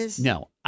No